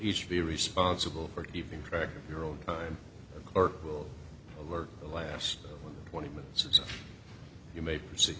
each be responsible for keeping track of your own time the clerk will alert the last twenty minutes or so you may see